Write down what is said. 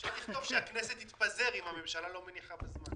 אפשר לכתוב שהכנסת תתפזר אם הממשלה לא מניחה בזמן.